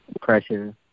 Pressure